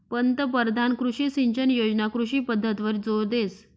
पंतपरधान कृषी सिंचन योजना कृषी पद्धतवर जोर देस